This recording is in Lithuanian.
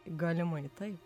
galimai taip